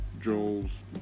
Joel's